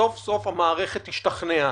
וסוף סוף המערכת השתכנעה.